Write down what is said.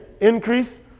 Increase